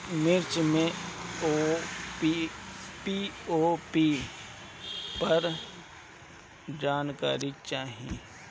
मिर्च मे पी.ओ.पी पर जानकारी चाही?